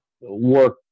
work